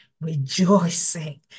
rejoicing